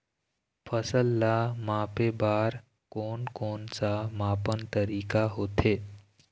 फसल ला मापे बार कोन कौन सा मापन तरीका होथे?